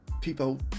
people